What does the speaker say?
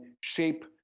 shape